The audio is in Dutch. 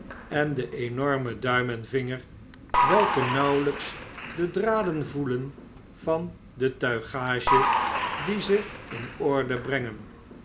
en den enormen duim en vinger welke nauwelijks de draden voelen van de tuigage die ze in orde brengen